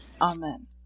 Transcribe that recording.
Amen